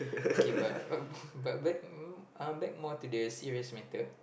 okay but but uh back more to the serious matter